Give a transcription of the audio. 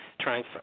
trying